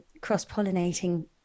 cross-pollinating